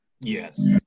yes